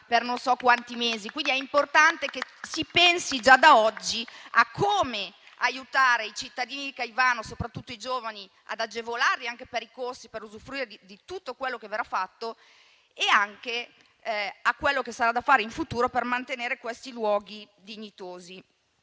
per non so quanti mesi. Quindi è importante che si pensi già da oggi a come aiutare i cittadini di Caivano, soprattutto i giovani, ad agevolarli anche per i corsi e per usufruire di tutto quello che verrà fatto e anche di quello che ci sarà da fare in futuro per mantenere questi luoghi dignitosi.